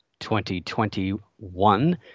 2021